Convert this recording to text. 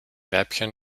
weibchen